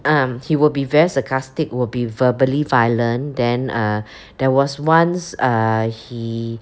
um he will be very sarcastic will be verbally violent then uh there was once uh he